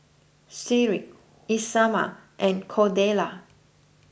Tyrik Isamar and Cordella